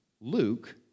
Luke